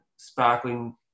sparkling